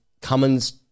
Cummins